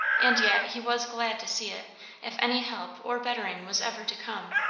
and yet he was glad to see it if any help or bettering was ever to come,